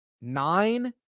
nine